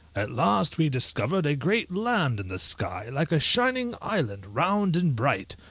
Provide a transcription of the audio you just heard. at last we discovered a great land in the sky, like a shining island, round and bright,